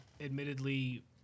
admittedly